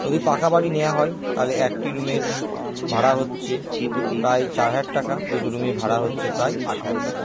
যদি পাকা বাড়ি নেওয়া হয় তাহলে একটি রুমের ভাড়া হচ্ছে প্রায় চার হাজার টাকা দুটো রুমের ভাড়া হচ্ছে প্রায় আট হাজার টাকা